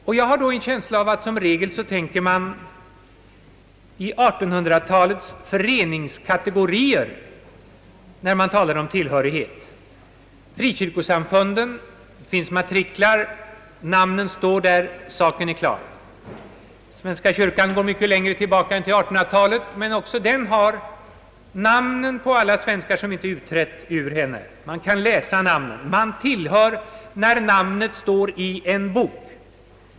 Och då har jag en känsla av att man som regel tänker i 1800-talets föreningskategorier. Frikyrkosamfunden har matriklar, namnen står där, saken är klar. Svenska kyrkans verksamhet sträcker sig ju mycket längre bakåt än till 1800 talet, men också den har namnen på alla svenskar som inte utträtt ur kyrkan — man »tillhör» när namnet står i en bok.